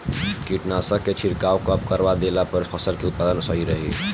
कीटनाशक के छिड़काव कब करवा देला से फसल के उत्पादन सही रही?